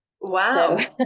Wow